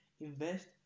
invest